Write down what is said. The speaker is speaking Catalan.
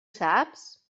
saps